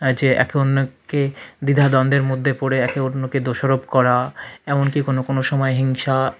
আর যে একে অন্যকে দ্বিধা দ্বন্ধের মধ্যে পড়ে একে অন্যকে দোষারোপ করা এমনকি কোনো কোনো সময় হিংসা